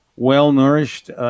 Well-nourished